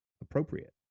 appropriate